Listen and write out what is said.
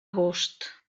agost